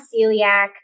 celiac